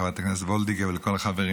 לחברת הכנסת וולדיגר ולכל החברים